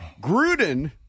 Gruden